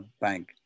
bank